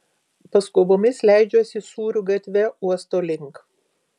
paskubomis leidžiuosi sūrių gatve uosto link